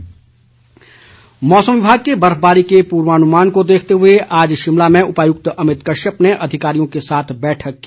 बैठक मौसम विभाग के बर्फबारी के पूर्वानुमान को देखते हुए आज शिमला में उपायुक्त अमित कश्यप ने अधिकारियों के साथ बैठक की